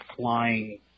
flying